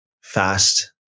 fast